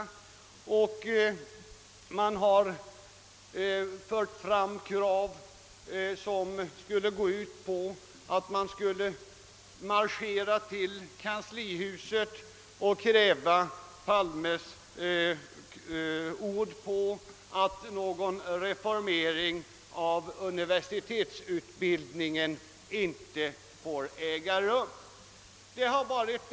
Det har framförts krav som gått ut på att man skul 1le marschera till kanslihuset och kräva Palmes ord på att någon reformering av universitetsutbildningen inte skall äga rum och att UKAS skulle stoppas.